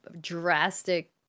drastic